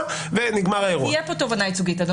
אז אני עושה תובענה ייצוגית לטובת כלל האירוע ונגמר האירוע.